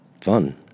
fun